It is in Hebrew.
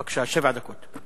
בבקשה, שבע דקות.